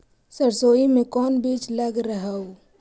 सरसोई मे कोन बीज लग रहेउ?